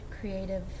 creative